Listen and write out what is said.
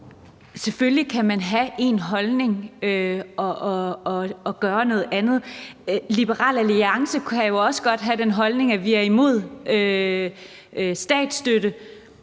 selvfølgelig kan man have én holdning og så gøre noget andet. Liberal Alliance kan jo også godt have den holdning, at vi er imod statsstøtte,